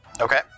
Okay